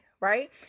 right